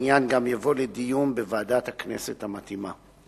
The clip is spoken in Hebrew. שהעניין גם יבוא לדיון בוועדת הכנסת המתאימה.